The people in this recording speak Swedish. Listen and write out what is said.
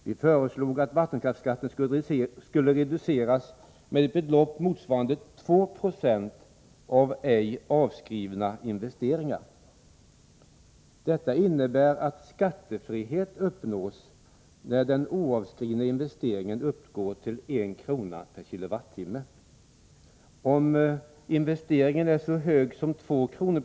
Vi föreslog att vattenkraftsskatten skulle reduceras med ett belopp motsvarande 2 96 av ej avskrivna investeringar. Detta innebär att skattefriheten uppnås när den oavskrivna investeringen uppgår till 1 kr. per kWh. Om investeringen är så hög som 2 kr.